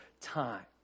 time